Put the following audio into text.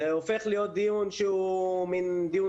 זה הופך להיות דיון שהוא מין דיון